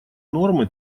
нормы